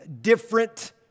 different